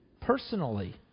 personally